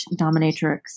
dominatrix